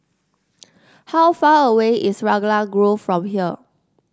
how far away is Raglan Grove from here